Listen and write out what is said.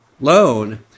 loan